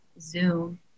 zoom